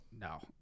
no